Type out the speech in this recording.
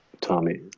Tommy